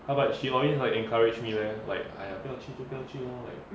!huh! but she always like encourage me leh like !aiya! 不要去就不要去 lor like